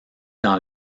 dans